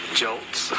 jolts